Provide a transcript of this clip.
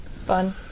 fun